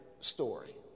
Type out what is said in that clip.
story